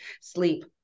sleep